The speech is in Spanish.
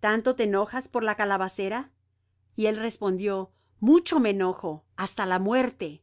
tanto te enojas por la calabacera y él respondió mucho me enojo hasta la muerte